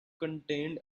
contained